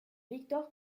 victor